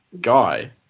guy